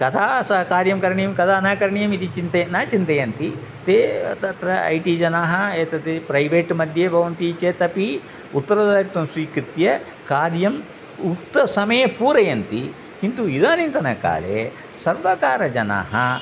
कदा सा कार्यं करणीयं कदा न करणीयम् इति चिन्तयन् न चिन्तयन्ति ते तत्र ऐ टि जनाः एतद् प्रैवेट्मध्ये भवन्ति चेतपि उत्तरदायित्वं स्वीकृत्य कार्यम् उक्तसमये पूरयन्ति किन्तु इदानीम्काले सर्वकारजनाः